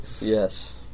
Yes